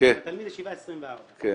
לתלמיד ישיבה הוא 24,